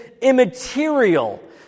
immaterial